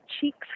cheeks